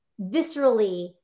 viscerally